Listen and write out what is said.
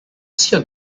sia